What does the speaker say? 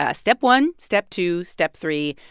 ah step one. step two. step three.